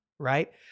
Right